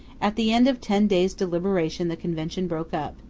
at the end of ten days' deliberation the convention broke up,